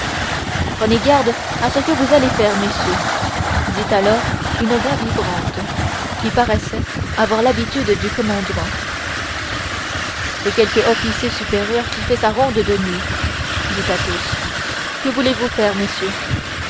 prenez garde à ce que vous allez faire messieurs dit alors une voix vibrante qui paraissait avoir l'habitude du commandement c'est quelque officier supérieur qui fait sa ronde de nuit dit athos que voulez-vous faire messieurs